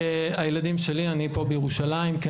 הילדים שלי, אני פה בירושלים, כן?